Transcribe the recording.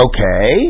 Okay